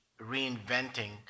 reinventing